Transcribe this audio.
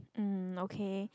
um okay